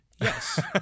Yes